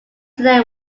today